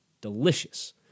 delicious